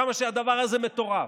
כמה שהדבר הזה מטורף.